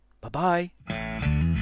Bye-bye